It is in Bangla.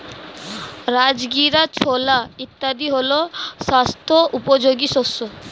রাজগীরা, ছোলা ইত্যাদি হল স্বাস্থ্য উপযোগী শস্য